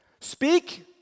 speak